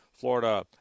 Florida